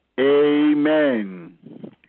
Amen